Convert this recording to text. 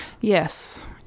yes